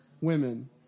women